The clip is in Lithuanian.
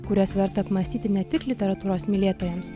kuriuos verta apmąstyti ne tik literatūros mylėtojams